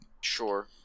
Sure